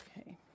okay